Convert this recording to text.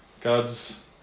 God's